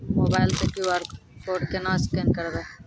Mobile से QR code केना scan करबै?